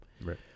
Right